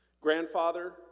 Grandfather